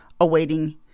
awaiting